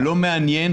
לא מעניין,